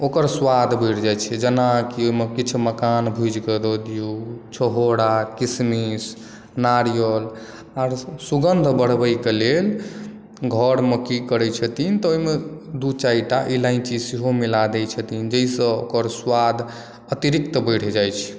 ओकर स्वाद बढ़ि जाइत छै जेनाकि ओहिमे किछु मखान भुजिकऽ दऽ दियौ छहौड़ा किशमिश नारियल आर सभ सुगन्ध बढ़बैकेँ लेल घरमे की करै छथिन तऽ ओहिमे दू चारिटा इलाइची सेहो मिला दै छथिन जाहिसँ ओकर स्वाद अतिरिक्त बढ़ि जाइत छै